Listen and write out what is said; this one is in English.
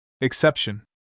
Exception